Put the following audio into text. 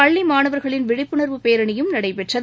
பள்ளி மாணவர்களின் விழிப்புணர்வு பேரணியும் நடைபெற்றது